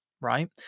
right